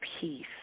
peace